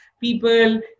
people